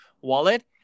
wallet